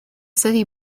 city